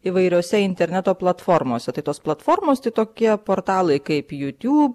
įvairiose interneto platformose tai tos platformos tai tokie portalai kaip youtube